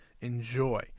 Enjoy